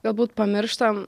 galbūt pamirštam